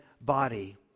body